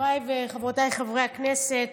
חבריי וחברותיי חברי הכנסת,